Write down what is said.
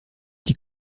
die